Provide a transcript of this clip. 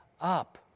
up